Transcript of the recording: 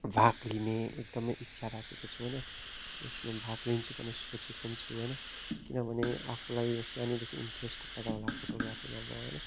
भाग लिने एकदमै इच्छा राखेको छु होइन यसमा भाग लिन्छु भन्ने सोचेको पनि छु होइन किनभने आफुलाई सानैदेखि इन्ट्रेस्ट भएर होला फोटोग्राफीमा अब होइन